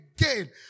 again